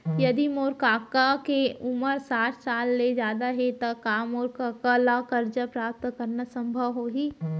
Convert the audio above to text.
यदि मोर कका के उमर साठ साल ले जादा हे त का मोर कका ला कर्जा प्राप्त करना संभव होही